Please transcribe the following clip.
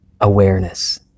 Awareness